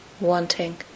wanting